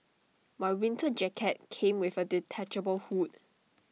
my winter jacket came with A detachable hood